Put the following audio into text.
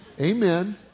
Amen